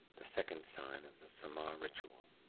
the second sign of the saaamaaa ritual,